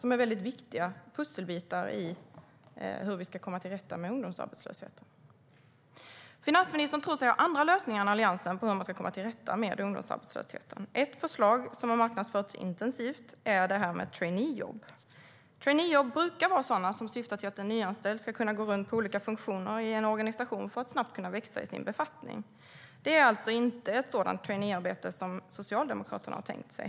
De är väldigt viktiga pusselbitar i arbetet med att komma till rätta med ungdomsarbetslösheten. Finansministern tror sig ha andra lösningar än Alliansen på hur man ska komma till rätta med ungdomsarbetslösheten. Ett förslag som har marknadsförts intensivt är detta med traineejobb. Traineejobb brukar syfta till att den nyanställde ska kunna gå runt på olika funktioner i en organisation för att snabbt växa i sin befattning. Det är inte ett sådant traineearbete som Socialdemokraterna har tänkt sig.